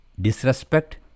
disrespect